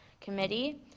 Committee